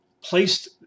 Placed